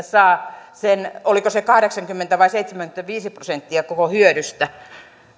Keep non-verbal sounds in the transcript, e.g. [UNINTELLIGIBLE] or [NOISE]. [UNINTELLIGIBLE] saa oliko se kahdeksankymmentä vai seitsemänkymmentäviisi prosenttia koko hyödystä